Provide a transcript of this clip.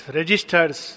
registers